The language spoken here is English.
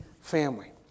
family